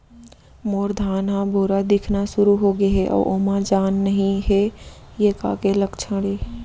मोर धान ह भूरा दिखना शुरू होगे हे अऊ ओमा जान नही हे ये का के लक्षण ये?